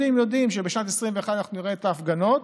יודעים שבשנת 2021 נראה את ההפגנות,